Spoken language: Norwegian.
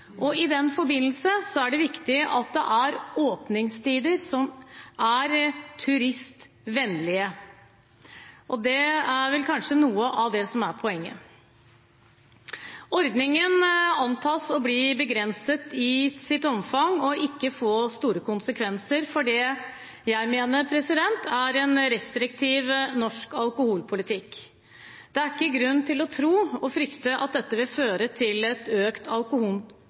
I den forbindelse er det viktig at det er åpningstider som er turistvennlige, og det er vel kanskje noe av poenget. Ordningen antas å bli begrenset i sitt omfang og ikke få store konsekvenser for det jeg mener er en restriktiv norsk alkoholpolitikk. Det er ikke grunn til å tro og frykte at dette vil føre til et økt